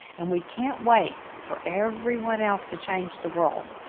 and we can't wait for everyone else to change the world.